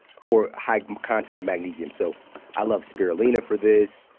for high content of magnesium. so i love spirulina for this,